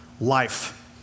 life